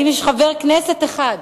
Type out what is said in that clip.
האם יש חבר כנסת אחד,